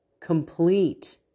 complete